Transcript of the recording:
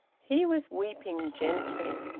he was weeping gently.